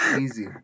Easy